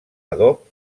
adob